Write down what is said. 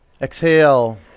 exhale